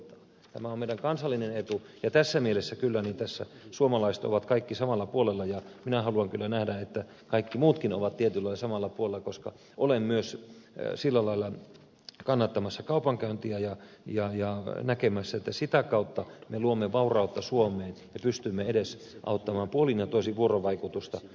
tämä on meidän kansallinen etumme ja tässä mielessä kyllä suomalaiset ovat kaikki samalla puolella ja minä haluan kyllä nähdä että kaikki muutkin ovat tietyllä lailla samalla puolella koska olen myös sillä lailla kannattamassa kaupankäyntiä ja näkemässä että sitä kautta me luomme vaurautta suomeen ja pystymme edes auttamaan puolin ja toisin vuorovaikutusta